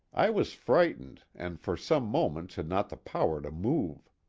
i was frightened and for some moments had not the power to move.